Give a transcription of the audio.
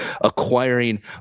acquiring